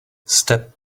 step